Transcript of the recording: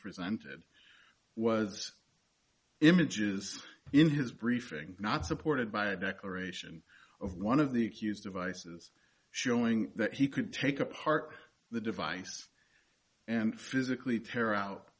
presented was images in his briefing not supported by a declaration of one of the accused devices showing that he could take apart the device and physically tear out